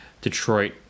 Detroit